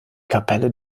kapelle